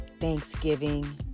Thanksgiving